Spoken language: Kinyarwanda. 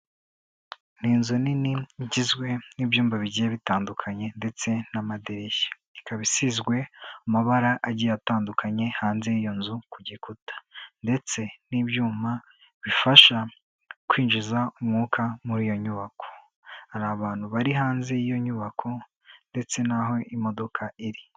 Ni inzu nini igizwe n'ibyumba bigiye bitandukanye ndetse n'amadirishya. Ikaba isizwe amabara agiye atandukanye hanze y'iyo nzu ku gikuta ndetse n'ibyuma bifasha kwinjiza umwuka muri iyo nyubako. Hari abantu bari hanze y'iyo nyubako ndetse n'aho imodoka iri.